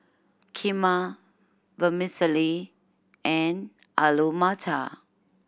Kheema Vermicelli and Alu Matar